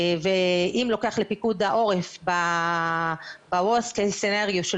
ואם לוקח לפיקוד העורף בסצנריו הגרוע ביותר של